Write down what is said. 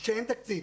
כי אין לזה תקציב.